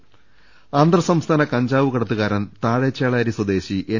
ദർശ്ശേര അന്തർ സംസ്ഥാന കഞ്ചാവ് കടത്തുകാരൻ താഴെ ചേളാരി സ്വദേശി എൻ